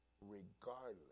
regardless